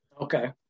okay